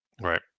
right